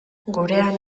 gurean